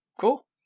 cool